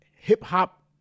hip-hop